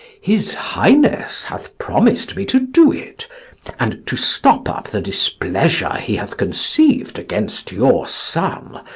his highness hath promis'd me to do it and, to stop up the displeasure he hath conceived against your son,